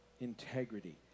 integrity